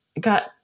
got